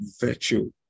virtue